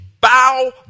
bow